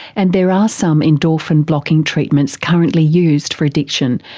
and there are some endorphin blocking treatments currently used for addiction,